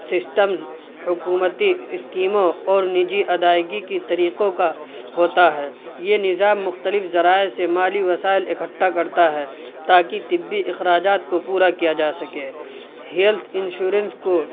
systems حکومتی اسکیموں اور نجی ادائیگی کی طریقوں کا ہوتا ہے یہ نظام مختلف ذرائع سے مالی وسائل اکٹھا کرتا ہے تاکہ طبی اخراجات کو پورا کیا جا سکے ہیلتھ انشورنس کو